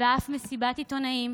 ואף מסיבות העיתונאים